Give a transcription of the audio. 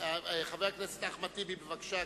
חבר הכנסת אחמד טיבי, בבקשה.